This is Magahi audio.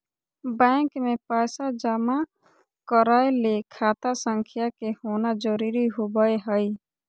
बैंक मे पैसा जमा करय ले खाता संख्या के होना जरुरी होबय हई